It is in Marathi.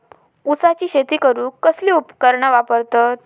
ऊसाची शेती करूक कसली उपकरणा वापरतत?